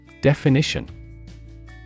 Definition